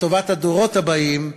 לטובת הדורות הבאים,